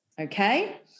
okay